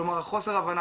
כלומר חוסר הבנה,